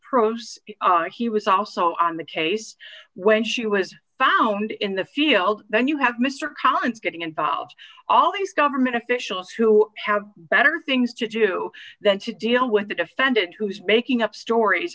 probes he was also on the case when she was found in the field then you have mr collins getting involved all these government officials who have better things to do than to deal with a defendant who's making up stories